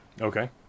Okay